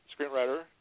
screenwriter